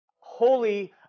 holy